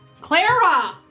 Clara